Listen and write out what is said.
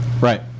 Right